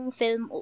film